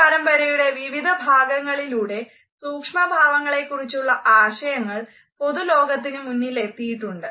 ഈ പരമ്പരയുടെ വിവിധ ഭാഗങ്ങളിലൂടെ സൂക്ഷ്മഭാവങ്ങളെക്കുറിച്ചുള്ള ആശയങ്ങൾ പൊതുലോകത്തിന് മുന്നിലെത്തിയിട്ടുണ്ട്